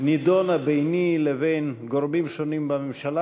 נדונה ביני לבין גורמים שונים בממשלה,